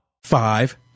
Five